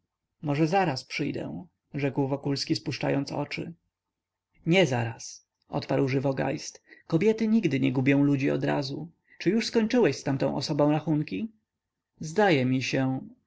może zaraz przyjdę rzekł wokulski spuczczającspuszczając oczy nie zaraz odparł żywo geist kobiety nigdy nie gubią ludzi odrazu czy już skończyłeś z tamtą osobą rachunki zdaje mi się